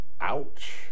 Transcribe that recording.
Ouch